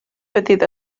petit